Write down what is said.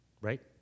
right